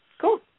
Cool